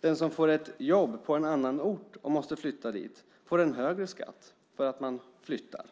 Den som får ett jobb på en annan ort och måste flytta dit får en högre skatt för att man flyttar.